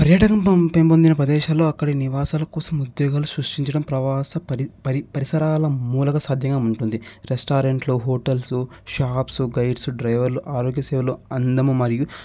పర్యాటక రంగం పెంపొందిన ప్రదేశాల్లో అక్కడ నివాసాల కోసం ఉద్యోగాలు సృష్టించడం ప్రవాస పరి పరి పరిసరాల మూలగ సాధ్యంగా ఉంటుంది రెస్టారెంట్లు హోటల్స్ షాప్స్ గైడ్స్ డ్రైవర్లు ఆరోగ్య సేవలు అందము మరియు